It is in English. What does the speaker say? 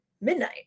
midnight